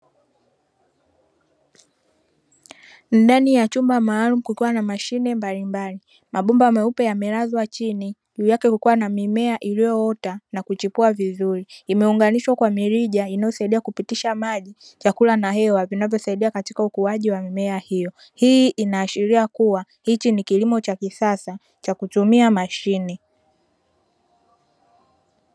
Ndani ya chumba maalumu kukiwa na mashine mbalimbali. Mabomba meupe yamelazwa chini, juu yake kukiwa na mimea iliyoota na kuchioua vizuri. Imeunganishwa kwa mirija inayosaidia kupitisha maji, chakula na hewa; vinavyosaidia katika ukuaji wa mimea hiyo. Hii inaashiria kuwa hichi ni kilimo cha kisasa cha kutumia mashine.